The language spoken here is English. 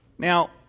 Now